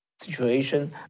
situation